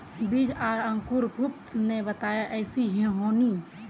बीज आर अंकूर गुप्ता ने बताया ऐसी होनी?